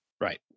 Right